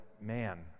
man